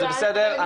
זה בסדר,